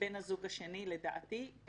בן הזוג השני, לדעתי.